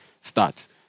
starts